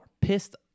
pissed